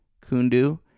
Kundu